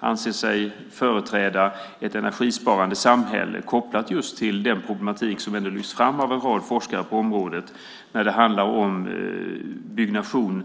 anser sig företräda ett energisparande samhälle kopplat just till den problematik som lyfts fram av en rad forskare på området när det handlar om byggnation.